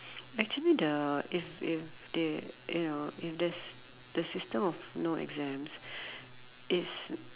actually the if if they you know in this the system of no exams it's